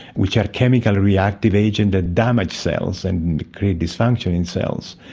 which are chemical reactive agents that damage cells and create dysfunction in cells,